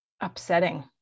upsetting